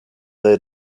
they